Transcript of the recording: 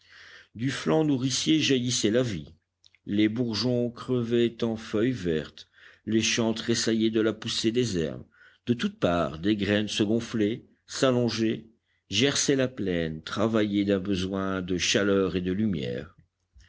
du flanc nourricier jaillissait la vie les bourgeons crevaient en feuilles vertes les champs tressaillaient de la poussée des herbes de toutes parts des graines se gonflaient s'allongeaient gerçaient la plaine travaillées d'un besoin de chaleur et de lumière